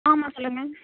ஆமாம் சொல்லுங்கள்